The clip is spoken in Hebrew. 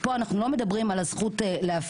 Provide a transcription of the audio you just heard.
כי פה אנחנו לא מדברים על הזכות להפגין.